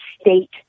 state